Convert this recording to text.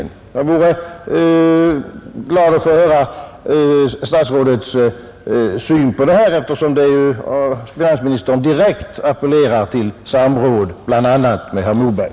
Jag vore glad att få höra statsrådets syn på detta, eftersom finansministern direkt appellerar till samråd med bl.a. herr Moberg.